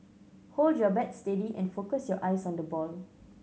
hold your bat steady and focus your eyes on the ball